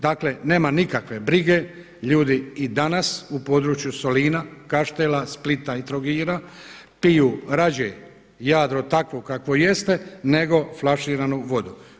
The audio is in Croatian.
Dakle nema nikakve brige, ljudi i danas u području Solina, Kaštela, Splita i Trogira piju rađe Jadro takvu kakvo jeste nego flaširanu vodu.